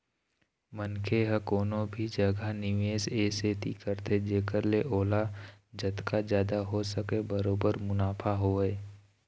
मनखे ह कोनो भी जघा निवेस ए सेती करथे जेखर ले ओला जतका जादा हो सकय बरोबर मुनाफा होवय